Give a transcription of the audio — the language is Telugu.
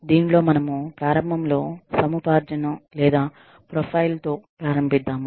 దీనిలో మనము ప్రారంభంలో సముపార్జన లేదా ప్రొఫైల్ తో ప్రారంభిద్దాము